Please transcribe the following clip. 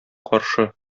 каршы